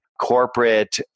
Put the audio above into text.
corporate